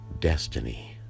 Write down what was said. destiny